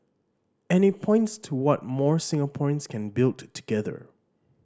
and it points to what more Singaporeans can build together